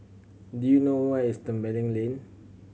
do you know where is Tembeling Lane